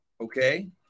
okay